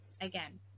again